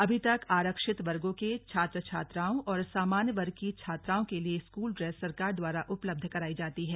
अभी तक आरक्षित वर्गो के छात्र छात्राओं और सामान्य वर्ग की छात्राओं के लिए स्कूल इ्रेस सरकार द्वारा उपलब्ध कराई जाती है